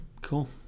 Cool